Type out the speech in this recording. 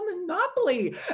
monopoly